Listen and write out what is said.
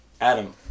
Adam